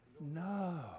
No